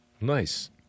Nice